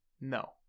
No